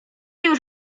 już